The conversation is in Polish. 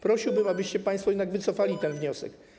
Prosiłbym, abyście państwo jednak wycofali ten wniosek.